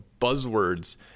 buzzwords